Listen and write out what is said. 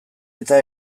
eta